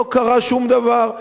לא קרה שום דבר.